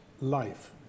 life